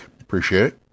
appreciate